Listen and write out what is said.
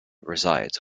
resides